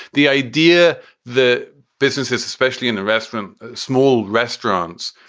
the idea the businesses, especially in the restaurant, small restaurants,